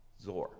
zor